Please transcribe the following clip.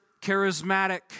charismatic